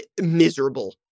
Miserable